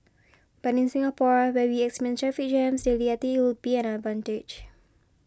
but in Singapore where we traffic jams daily I think it will be an advantage